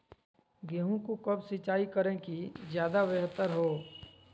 गेंहू को कब सिंचाई करे कि ज्यादा व्यहतर हो?